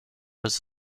was